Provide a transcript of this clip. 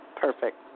Perfect